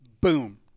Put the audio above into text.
boom